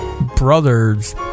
brother's